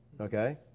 okay